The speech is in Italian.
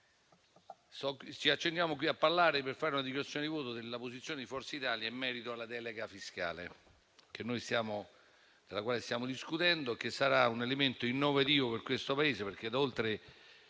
e senatrici, intervengo per fare una dichiarazione di voto sulla posizione di Forza Italia in merito alla delega fiscale di cui stiamo discutendo e che sarà un elemento innovativo per questo Paese, perché era